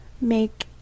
make